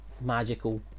magical